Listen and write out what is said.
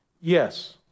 yes